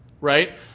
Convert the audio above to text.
Right